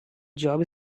job